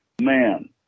man